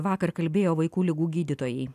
vakar kalbėjo vaikų ligų gydytojai